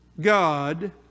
God